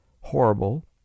horrible